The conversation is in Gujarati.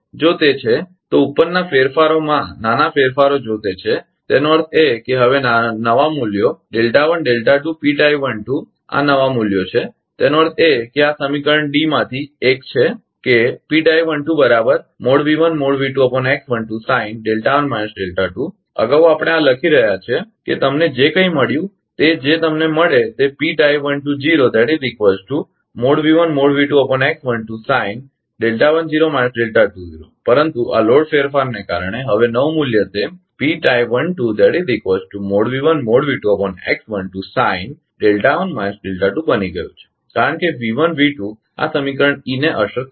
જો તે છે તો ઉપરના ફેરફારોમાં નાના ફેરફારો જો તે છે તેનો અર્થ એ કે હવે નવા મૂલ્યો આ નવા મૂલ્યો છે એનો અર્થ એ છે કે આ સમીકરણ ડી માંથી એક છે કે અગાઉ આપણે આ લખી રહ્યા છીએ કે તમને જે કંઇ મળ્યું તે જે તમને મળે તે પરંતુ આ લોડ ફેરફારોને કારણે હવે નવું મૂલ્ય તે બની ગયું છે કારણ કે V1 V2 આ સમીકરણઇ ને અસર કરશે નહીં